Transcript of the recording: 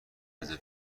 رزرو